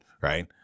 Right